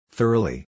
Thoroughly